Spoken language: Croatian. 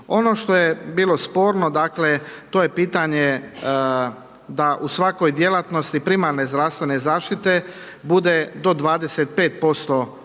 Ono što je bilo sporno, dakle, to je pitanje da u svakoj djelatnosti primarne zdravstvene zaštite bude od 25%